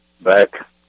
Back